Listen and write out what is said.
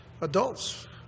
adults